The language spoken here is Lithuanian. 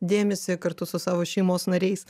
dėmesį kartu su savo šeimos nariais